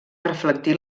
reflectir